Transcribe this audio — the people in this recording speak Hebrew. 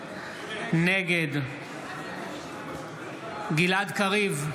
נגד גלעד קריב,